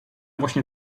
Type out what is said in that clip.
właśnie